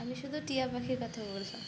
আমি শুধু টিয়া পাখির কথা বললাম